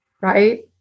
Right